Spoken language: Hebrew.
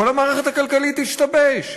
כל המערכת הכלכלית תשתבש.